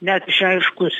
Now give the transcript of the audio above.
net išreiškus